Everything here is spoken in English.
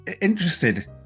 interested